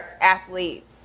athletes